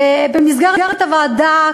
במסגרת הוועדה,